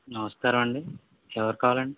నమస్కారమండి ఎవరు కావాలండి